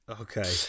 Okay